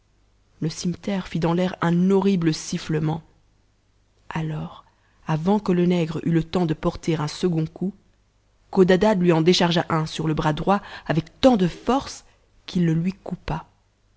le cimeterre fit dans l'air un horrible sifflement alors avant que le nègre eût le temps de porter un second coup codadad lui en déchargea un sur e bras droit avec tant de force qu'il le lui coupa